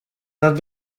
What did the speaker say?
not